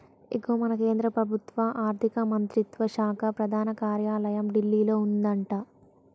ఇగో మన కేంద్ర ప్రభుత్వ ఆర్థిక మంత్రిత్వ శాఖ ప్రధాన కార్యాలయం ఢిల్లీలో ఉందట